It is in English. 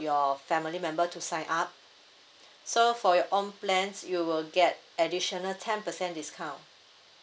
your family member to sign up so for your own plans you will get additional ten percent discount